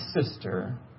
sister